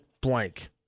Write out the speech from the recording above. blank